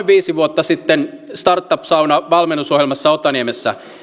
viisi vuotta sitten startup sauna valmennusohjelmassa otaniemessä